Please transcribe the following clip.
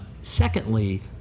Secondly